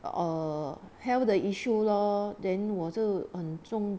err health the issue lor then 我就很重